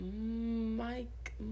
mike